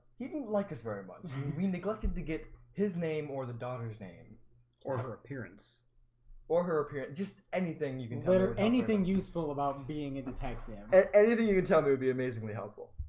he didn't like us very much. we neglected to get his name or the daughter's name or her appearance or her appearance just anything you can told her anything useful about being a detective um anything you can tell me would be amazingly helpful.